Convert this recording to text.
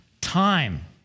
time